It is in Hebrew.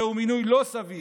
זהו מינוי לא סביר.